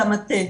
למטה,